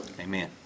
Amen